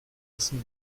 rissen